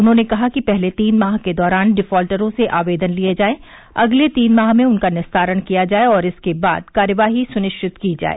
उन्होंने कहा कि पहले तीन माह के दौरान डिफाल्टरों से आवेदन लिए जाएं अगले तीन माह में उनका निस्तारण किया जाए और इसके बाद कार्यवाही सुनिश्चित की जाए